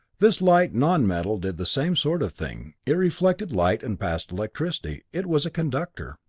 this light-non-metal did the same sort of thing it reflected light and passed electricity. it was a conductor.